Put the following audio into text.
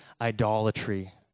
idolatry